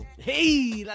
Hey